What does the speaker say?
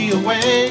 away